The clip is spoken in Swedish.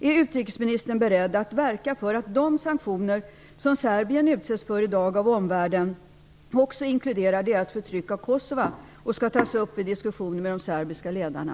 Är utrikesministern beredd att verka för att de sanktioner som Serbien i dag utsätts för av omvärlden också skall inkludera Serbiens förtryck av Kosova och tas upp till diskussion med de serbiska ledarna?